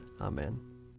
Amen